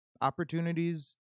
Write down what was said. opportunities